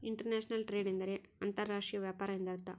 inter national trade ಎಂದರೆ ಅಂತರ್ ರಾಷ್ಟ್ರೀಯ ವ್ಯಾಪಾರ ಎಂದರ್ಥ